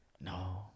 No